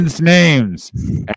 names